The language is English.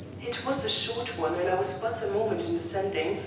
it was a short one and i was but a moment in descending,